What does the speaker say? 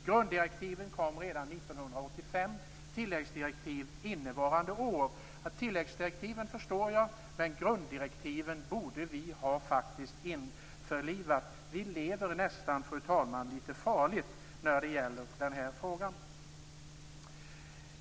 Grunddirektiven kom redan 1985, och tilläggsdirektiv har kommit innevarande år. Att inte tilläggsdirektiven införlivats förstår jag, men vi borde faktiskt ha införlivat grunddirektiven. Vi lever, fru talman, nästan litet farligt i den här frågan.